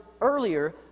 earlier